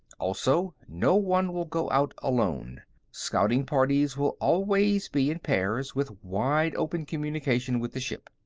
also, no one will go out alone scouting parties will always be in pairs, with wide open communication with the ship.